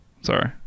sorry